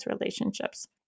relationships